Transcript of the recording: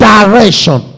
Direction